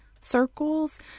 circles